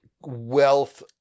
wealth